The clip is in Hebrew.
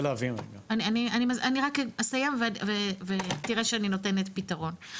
להבין רגע -- אני רק אסיים ותראה שאני נותנת פתרון.